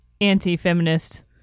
anti-feminist